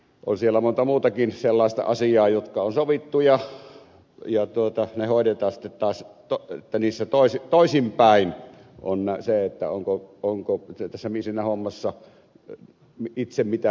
on siellä monta muutakin sellaista asiaa jotka on sovittu ja tuottaa ne hoidetaan taas pelissä toisen joissa toisinpäin on se että mitä mieltä siitä hommasta on